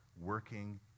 working